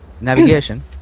Navigation